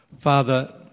Father